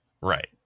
right